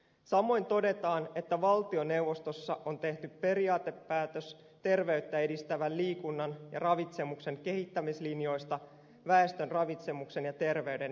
samoin todetaan että valtioneuvostossa on tehty periaatepäätös terveyttä edistävän liikunnan ja ravitsemuksen kehittämislinjoista väestön ravitsemuksen ja terveyden edistämiseksi